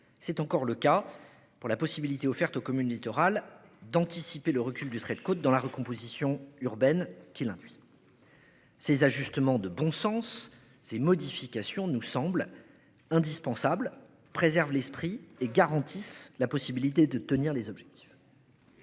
c'est encore le cas pour la possibilité offerte aux communes littorales d'anticiper le recul du trait de côte dans la recomposition urbaine qu'il induit. Ces ajustements de bon sens. Ces modifications, nous semble indispensable préserve l'esprit et garantissent la possibilité de tenir les objectifs.